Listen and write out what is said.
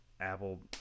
Apple